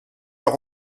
leur